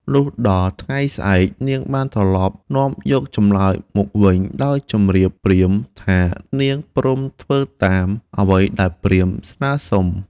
លុះដល់ថ្ងៃស្អែក នាងបានត្រឡប់នាំយកចម្លើយមកវិញ ដោយជម្រាបព្រាហ្មណ៍ថា នាងព្រមធ្វើតាមអ្វីដែលព្រាហ្មណ៍ស្នើសុំ។